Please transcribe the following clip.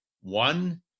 One